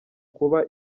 kuba